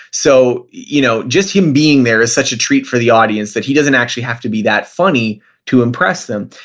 so you know just him being there is such a treat for the audience that he doesn't actually have to be that funny to impress them.